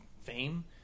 fame